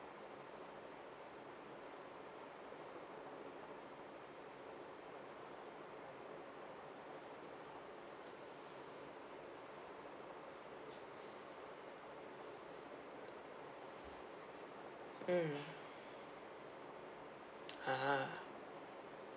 mm ah